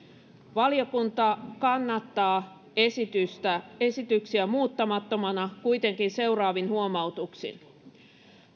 valiokunta kannattaa esityksiä muuttamattomina kuitenkin seuraavin huomautuksin